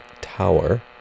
Tower